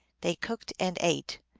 they cooked and ate.